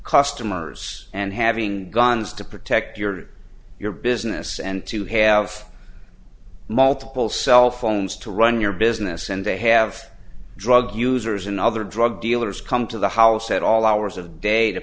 customers and having guns to protect your your business and to have multiple cell phones to run your business and they have drug users and other drug dealers come to the house at all hours of the day to